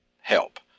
help